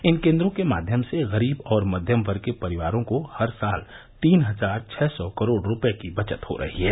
इन केंद्रों के माध्यम से गरीब और मध्यम वर्ग के परिवारों को हर साल तीन हजार छः सौ करोड़ रूपये की बचत हो रही है